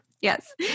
Yes